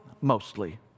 mostly